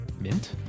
mint